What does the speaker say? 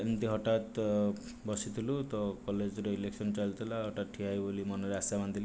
ଏମିତି ହଟାତ୍ ବସିଥିଲୁ ତ କଲେଜ୍ରେ ଇଲେକ୍ସନ୍ ଚାଲିଥିଲା ହଟାତ୍ ଠିଆ ହେବି ବୋଲି ମନରେ ଆଶା ବାନ୍ଧିଲି